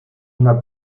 una